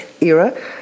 era